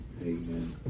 Amen